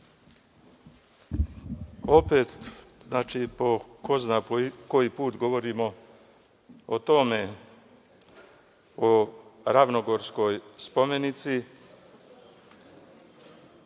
Opet po ko zna koji put govorimo o tome, o Ravnogorskoj spomenici.